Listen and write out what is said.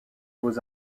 beaux